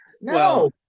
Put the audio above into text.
No